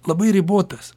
labai ribotas